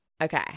Okay